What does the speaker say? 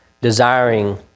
desiring